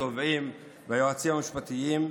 התובעים והיועצים המשפטיים,